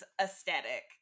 aesthetic